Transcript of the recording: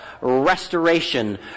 restoration